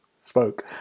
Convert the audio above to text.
spoke